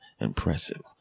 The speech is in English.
impressive